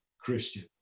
Christian